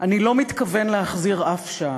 אני לא מתכוון להחזיר אף שעל,